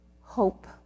hope